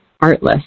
artless